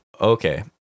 Okay